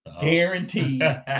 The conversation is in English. Guaranteed